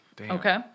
Okay